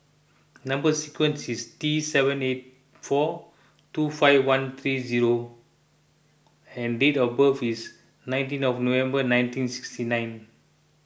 Number Sequence is T seven eight four two five one three zero and date of birth is nineteen of November nineteen sixty nine